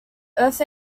earth